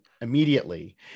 immediately